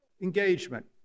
engagement